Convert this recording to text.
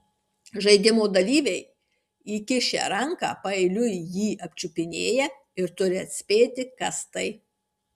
žaidimo dalyviai įkišę ranką paeiliui jį apčiupinėja ir turi atspėti kas tai